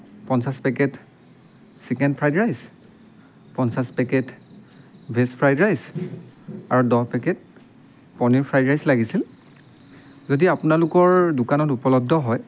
পঞ্চাছ packet chicken fried rice পঞ্চাছ packet veg fried rice আৰু দহ পেকেট পনীৰ ফ্ৰাইড ৰাইছ লাগিছিল যদি আপোনালোকৰ দোকানত উপলব্ধ হয়